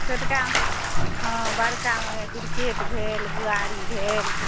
छोटका हँ बड़कामे बिकेट भेल बुआरी भेल